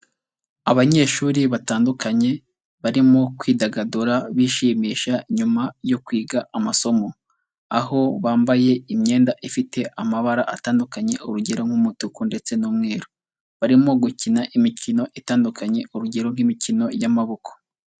Abanyeshuri batandukanye barimo kwidagadura bishimisha nyuma yo kwiga amasomo; aho bambaye imyenda ifite amabara atandukanye, urugero nk'umutuku ndetse n'umweru; barimo gukina imikino itandukanye, urugero nk'imikino y'amaboko.